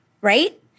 Right